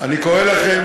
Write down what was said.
אני קורא לכם